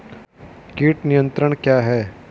कीट नियंत्रण क्या है?